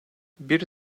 bir